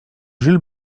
jules